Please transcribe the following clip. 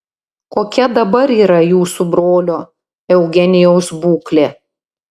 kokia dabar yra jūsų brolio eugenijaus būklė